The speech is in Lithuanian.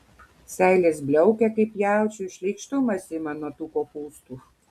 seilės bliaukia kaip jaučiui šleikštumas ima nuo tų kopūstų